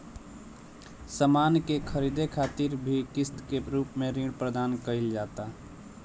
सामान के ख़रीदे खातिर भी किस्त के रूप में ऋण प्रदान कईल जाता